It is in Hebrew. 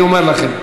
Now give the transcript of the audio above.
אני אומר לכם.